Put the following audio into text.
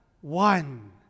one